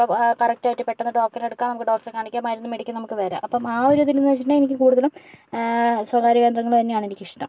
അപ്പോൾ കറക്റ്റ് ആയിട്ട് പെട്ടെന്ന് ടോക്കൺ എടുക്കാം നമുക്ക് ഡോക്ടറെ കാണിക്കുക മരുന്ന് മേടിക്കുക നമുക്ക് വരാം അപ്പം ആ ഒരു ഇതിൽ നിന്ന് വച്ചിട്ടുണ്ടെങ്കിൽ നമുക്ക് കൂടുതലും സ്വകാര്യ കേന്ദ്രങ്ങൾ തന്നെയാണ് എനിക്കിഷ്ടം